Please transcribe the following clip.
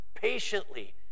patiently